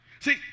See